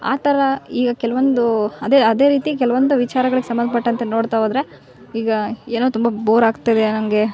ಆ ಥರ ಈಗ ಕೆಲವೊಂದು ಅದೇ ಅದೇ ರೀತಿ ಕೆಲವೊಂದು ವಿಚಾರಗಳಿಗೆ ಸಂಬಂಧಪಟ್ಟಂತೆ ನೋಡ್ತ ಹೋದ್ರೆ ಈಗ ಏನೋ ತುಂಬ ಬೋರ್ ಆಗ್ತಿವೆ ಹಂಗೆ